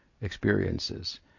experiences